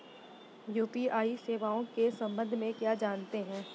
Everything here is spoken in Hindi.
यू.पी.आई सेवाओं के संबंध में क्या जानते हैं?